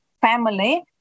family